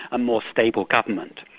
a more stable government.